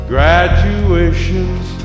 Graduations